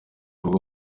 rwo